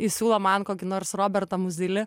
įsiūlo man kokį nors robertą muzili